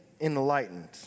enlightened